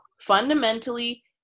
fundamentally